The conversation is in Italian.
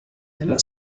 delle